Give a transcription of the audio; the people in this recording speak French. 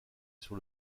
sur